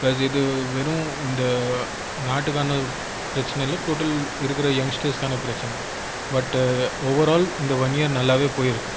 plus இது வெறும் இந்த நாட்டுக்கான பிரச்சினை இல்லை டோட்டல் இருக்கிற யங்ஸ்டர்ஸ்ஸுகான பிரச்சினை பட் ஓவர்ஆல் இந்த ஒன் இயர் நல்லாவே போயிருக்குது